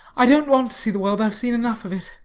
i don't want to see the world i've seen enough of it.